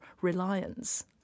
reliance